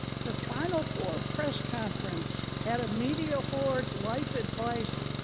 her final four press conference had a media horde, life advice,